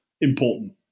important